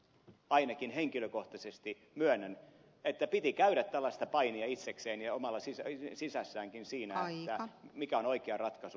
ainakin henkilökohtaisesti myönnän että piti käydä tällaista painia itsekseen ja omassa sisässäänkin siinä mikä on oikea ratkaisu